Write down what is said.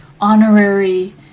honorary